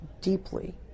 deeply